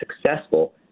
successful